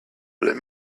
let